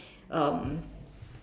um